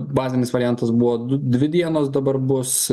bazinis variantas buvo du dvi dienos dabar bus